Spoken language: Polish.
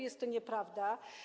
Jest to nieprawda.